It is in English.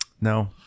no